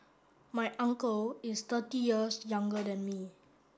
my uncle is thirty years younger than me